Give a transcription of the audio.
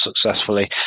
successfully